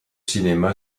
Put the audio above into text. cinéma